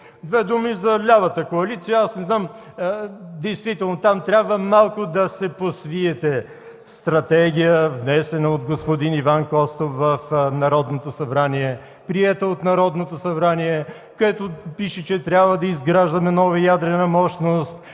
Две думи за лявата коалиция. Не знам, действително там трябва малко да се посвиете. Стратегия, внесена от господин Иван Костов в Народното събрание, приета от Народното събрание, където пише, че трябва да изграждаме нова ядрена мощност